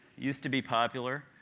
used to be popular.